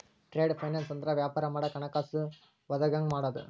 trade finance ಅಂದ್ರ ವ್ಯಾಪಾರ ಮಾಡಾಕ ಹಣಕಾಸ ಒದಗಂಗ ಮಾಡುದು